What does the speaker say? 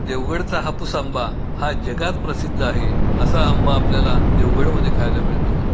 देवगडचा हापूस आंबा हा जगात प्रसिद्ध आहे असा आंबा आपल्याला देवगडमध्ये खायला मिळतो